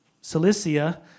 Cilicia